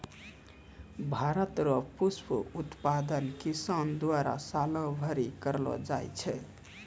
भारत रो पुष्प उत्पादन किसान द्वारा सालो भरी करलो जाय छै